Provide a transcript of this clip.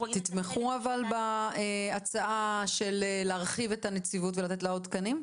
תתמכו אבל בהצעה להרחיב את הנציבות ולתת לה עוד תקנים?